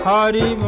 Hari